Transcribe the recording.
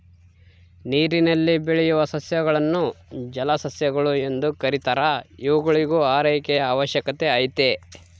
ನೀರಿನಲ್ಲಿ ಬೆಳೆಯುವ ಸಸ್ಯಗಳನ್ನು ಜಲಸಸ್ಯಗಳು ಎಂದು ಕೆರೀತಾರ ಇವುಗಳಿಗೂ ಆರೈಕೆಯ ಅವಶ್ಯಕತೆ ಐತೆ